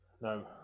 No